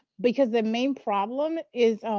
because the main problem is